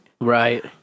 Right